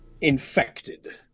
infected